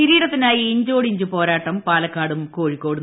കിരീടത്തിനായി ഇഞ്ചോടിഞ്ച് ഫ്യോര്യാടി പാലക്കാടും കോഴിക്കോടും